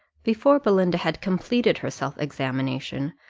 before belinda had completed her self-examination,